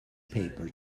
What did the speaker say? paper